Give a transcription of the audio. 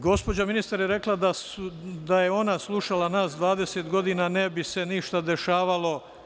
Gospođa ministar je rekla da je ona slušala nas 20 godina, ne bi se ništa dešavalo.